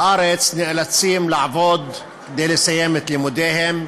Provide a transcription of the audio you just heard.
בארץ נאלצים לעבוד כדי לסיים את לימודיהם.